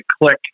click